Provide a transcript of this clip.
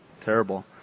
terrible